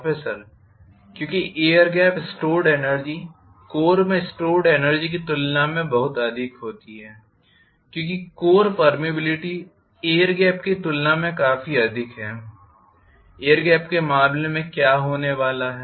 professor क्योंकि air gap stored energy core में stored energy की तुलना में बहुत अधिक होती है क्योंकि कोर पर्मीयबिलिटी एयर गेप की तुलना में काफी अधिक है एयर गैप के मामले में क्या होने वाला है